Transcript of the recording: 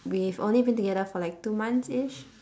we've only been together for like two monthsish